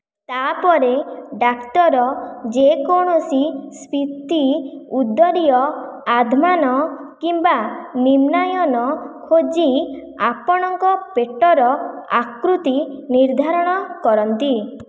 ତାପରେ ଡାକ୍ତର ଯେକୌଣସି ସ୍ଫୀତି ଉଦରୀୟ ଆଧ୍ମାନ କିମ୍ବା ନିମ୍ନାୟନ ଖୋଜି ଆପଣଙ୍କ ପେଟର ଆକୃତି ନିର୍ଦ୍ଧାରଣ କରନ୍ତି